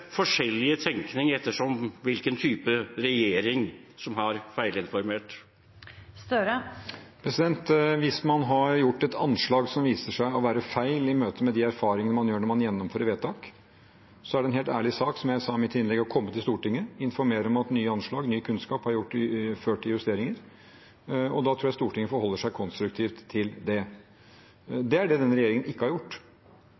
forskjellig tenkning etter hvilken type regjering som har feilinformert? Hvis man har gjort et anslag som viser seg å være feil, i møte med de erfaringene man gjør når man gjennomfører vedtak, er det en helt ærlig sak – som jeg sa i mitt innlegg – å komme til Stortinget og informere om at nye anslag, ny kunnskap har ført til justeringer. Da tror jeg Stortinget forholder seg konstruktivt til det.